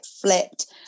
flipped